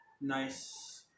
nice